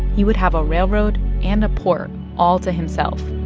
he would have a railroad and a port all to himself.